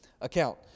account